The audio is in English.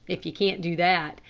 if you can't do that,